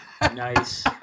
Nice